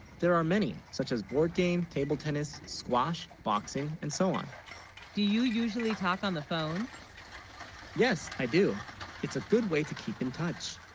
there are many such as board game table tennis. squash, boxing and so on do you usually talk on the phone yes i do it's a good, way to keep in touch